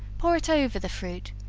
pour it over the fruit,